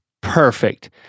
perfect